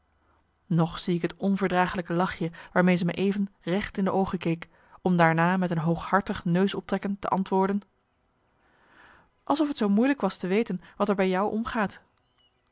nog zie ik het onverdraaglijke lachje waarmee ze me even recht in de oogen keek om daarna met een hooghartig neusoptrekken te antwoorden alsof t zoo moeilijk was te weten wat er bij jou omgaat